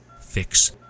fix